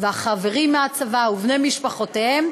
והחברים מהצבא ובני משפחותיהם,